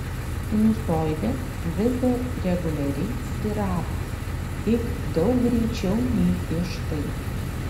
sinusoidė vis dar reguliariai svyravo tik daug greičiau nei prieš tai